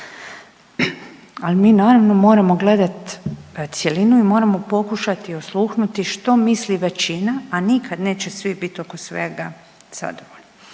ali mi naravno moramo gledat cjelinu i moramo pokušati osluhnuti što misli većina, a nikad neće svi biti oko svega zadovoljni.